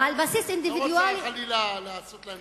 את לא רוצה חלילה לעשות להם